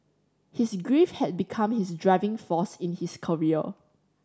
his grief had become his driving force in his career